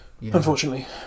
Unfortunately